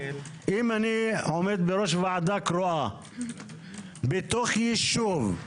אם אני עומד בראש ועדה קרואה בתוך ישוב,